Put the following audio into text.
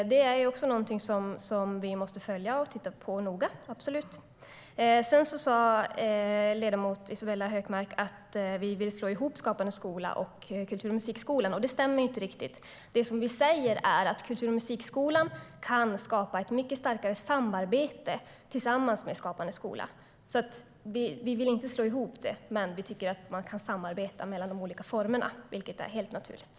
Det måste vi noga titta på, absolut.